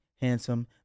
handsome